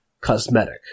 cosmetic